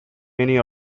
many